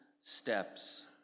steps